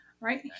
Right